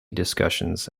discussions